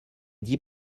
dit